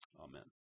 amen